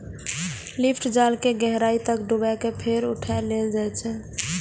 lift जाल कें गहराइ तक डुबा कें फेर उठा लेल जाइ छै